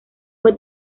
fue